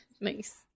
nice